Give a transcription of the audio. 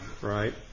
right